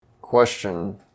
Question